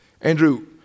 Andrew